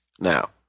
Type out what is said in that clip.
Now